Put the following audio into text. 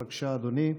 בבקשה, אדוני.